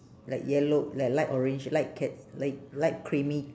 like yellow like light orange light cat~ light light creamy